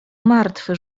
martwy